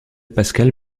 pascal